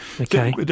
Okay